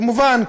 כמובן,